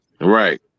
Right